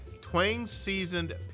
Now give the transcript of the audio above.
twang-seasoned